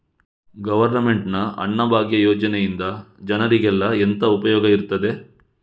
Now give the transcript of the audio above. Government ನ ಅನ್ನಭಾಗ್ಯ ಯೋಜನೆಯಿಂದ ಜನರಿಗೆಲ್ಲ ಎಂತ ಉಪಯೋಗ ಇರ್ತದೆ?